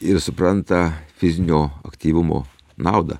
ir supranta fizinio aktyvumo naudą